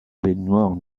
baignoire